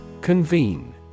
Convene